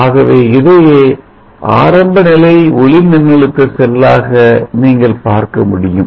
ஆகவே இதையே ஆரம்பநிலை ஒளிமின்னழுத்த செல்லாக நீங்கள் பார்க்க முடியும்